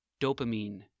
Dopamine